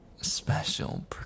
special